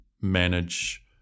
manage